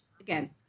again